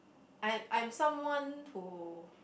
I'm I'm someone who